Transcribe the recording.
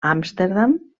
amsterdam